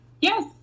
Yes